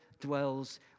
dwells